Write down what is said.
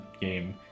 game